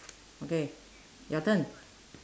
okay your turn